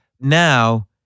Now